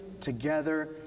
together